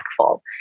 impactful